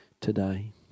today